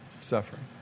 suffering